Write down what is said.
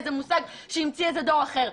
איזה מושג שהמציא דור אחר.